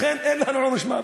לכן אין לנו עונש מוות.